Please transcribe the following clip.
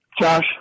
Josh